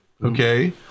Okay